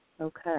Okay